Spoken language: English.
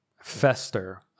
fester